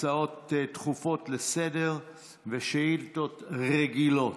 הצעות דחופות לסדר-היום ושאילתות רגילות.